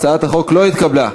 הצעת החוק לא התקבלה.